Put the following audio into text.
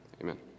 Amen